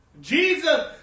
Jesus